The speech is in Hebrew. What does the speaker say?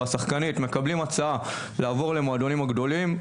השחקן הזה או השחקנית מקבלים הצעה לעבור למועדונים הגדולים,